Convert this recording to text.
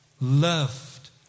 loved